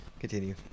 Continue